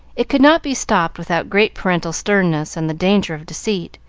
it could not be stopped without great parental sternness and the danger of deceit,